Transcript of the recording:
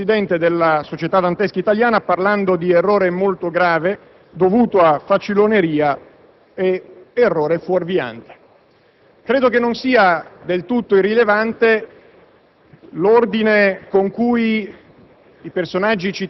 Ieri sera, è intervenuto sulla vicenda il presidente della Società dantesca italiana parlando di «errore molto grave dovuto a faciloneria» e di «errore fuorviante». Credo che non sia del tutto irrilevante